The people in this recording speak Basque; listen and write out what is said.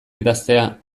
idaztea